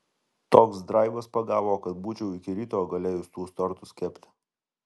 toks draivas pagavo kad būčiau iki ryto galėjus tuos tortus kepti